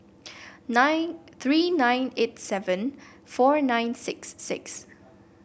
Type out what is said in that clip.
nine three nine eight seven four nine six six